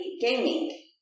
gaming